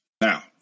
Now